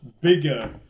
bigger